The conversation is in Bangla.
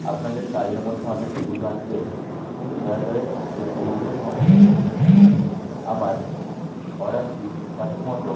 আপনাদের কাজের মধ্যে অনেক ভুল ভ্রান্তি হয়েছে দয়া করে এই ভুলটিকে সংশোধন করে নিন এবং আমার অর্ডারটি সঠিক মতো